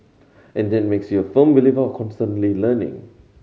and that makes you a firm believer of constantly learning